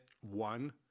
one